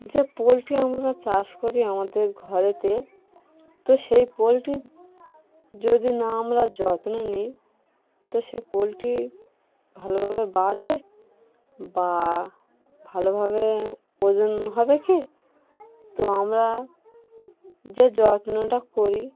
যে পোলট্রি আমরা চাষ করি আমাদের ঘরেতে তো সেই পোলট্রির যদি না আমরা যত্ন নিই তো সে পোলট্রি ভালোভাবে বাড়বে বা ভালোভাবে ওজন হবে কি তো আমরা যে যত্নটা করি